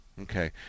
Okay